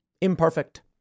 imperfect